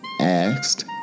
asked